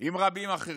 עם רבים אחרים.